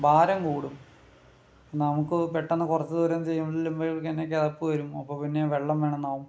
ഭാരം കൂടും നമുക്ക് പെട്ടെന്ന് കുറച്ച് ദൂരം ചെയ്യുമ്പോളേക്കിനും തന്നെ കിതപ്പ് വരും അപ്പോൾ പിന്നെ വെള്ളം വേണം എന്നാകും